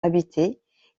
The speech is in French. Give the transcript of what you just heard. habitée